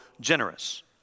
generous